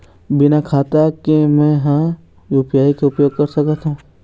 बिना खाता के म हर यू.पी.आई के उपयोग कर सकत हो?